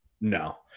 No